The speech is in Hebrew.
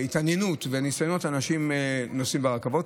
והתעניינות וניסיונות של אנשים שנוסעים ברכבות.